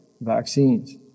vaccines